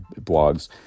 blogs